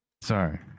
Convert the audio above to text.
Sorry